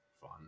fun